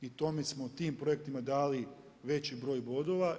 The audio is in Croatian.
I tome smo, tim projektima dali veći broj bodova.